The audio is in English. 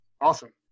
Awesome